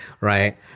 right